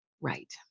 right